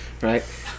right